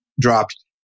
dropped